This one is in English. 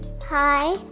Hi